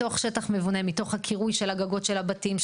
מתוך שטח בנוי ומתוך הקירוי של הגגות של הבתים,